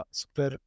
super